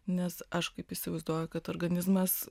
nes aš kaip įsivaizduoju kad organizmas